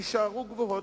יישארו גבוהות.